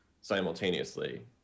simultaneously